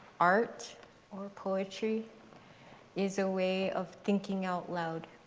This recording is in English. art or poetry is a way of thinking out loud.